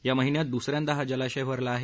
या महिन्यात दुस यांदा हा जलाशय भरला आहे